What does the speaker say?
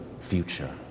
future